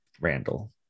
Randall